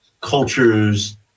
cultures